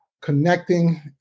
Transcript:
connecting